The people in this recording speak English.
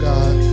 God